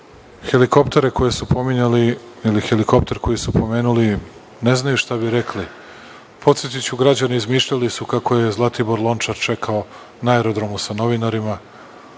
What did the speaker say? srcu. Helikopter koji su pomenuli, ne znaju šta bi rekli. Podsetiću građane, izmišljali su kako je Zlatibor Lončar čekao na aerodromu sa novinarima.